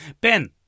Ben